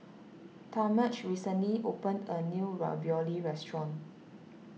Talmadge recently opened a new Ravioli restaurant